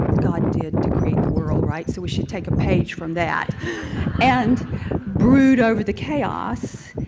god did to create the world, right? so we should take a page from that and brood over the chaos.